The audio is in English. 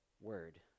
word